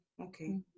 okay